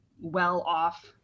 well-off